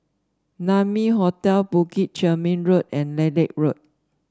Naumi Hotel Bukit Chermin Road and Lilac Road